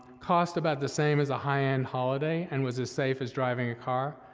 cost about the same as a high-end holiday and was as safe as driving a car,